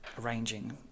arranging